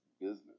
business